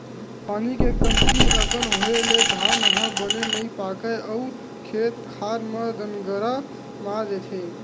पानी के कमती अकन होए ले धान ह बने नइ पाकय अउ खेत खार म दनगरा मार देथे